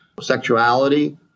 sexuality